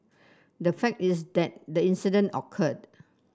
the fact is that the incident occurred